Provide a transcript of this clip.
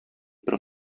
pro